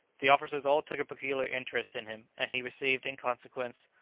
the officers all took a peculiar interest in him, and he received, in consequence,